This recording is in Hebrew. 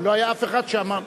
לא היה אף אחד שאמר,